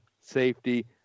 safety